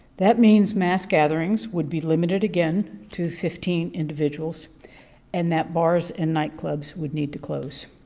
that means mass gatherings would be limited again to fifteen individuals and that bars and nightclubs would need to close.